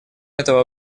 этого